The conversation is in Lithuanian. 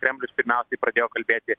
kremlius pirmiausiai pradėjo kalbėti